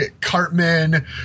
Cartman